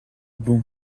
bon